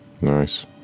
Nice